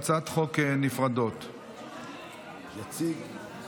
בוועדת הכספים יכהן